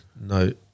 No